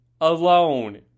alone